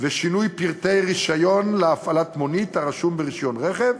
ושינוי פרטי רישיון להפעלת מונית הרשום ברישיון רכב,